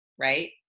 Right